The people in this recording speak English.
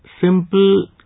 simple